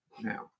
now